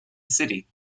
city